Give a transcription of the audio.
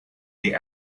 die